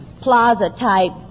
plaza-type